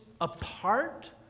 apart